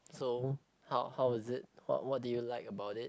so how how was it what what do you like about it